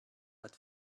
but